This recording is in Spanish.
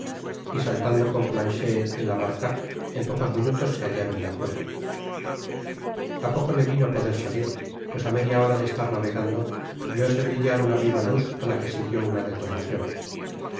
y saltando con planched en la barca en pocos minutos se hallaron ya fuera a poco le vino poder salir pues á media hora de estar navegando vióse brillar una viva luz á la que siguió una detonacion